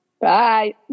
Bye